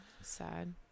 Sad